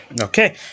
Okay